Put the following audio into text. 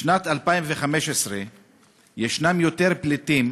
בשנת 2015 יש יותר פליטים,